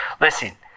listen